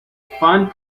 fund